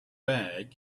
bag